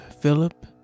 Philip